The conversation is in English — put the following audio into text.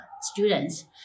students